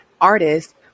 artist